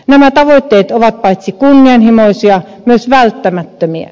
nämä tavoitteet ovat paitsi kunnianhimoisia myös välttämättömiä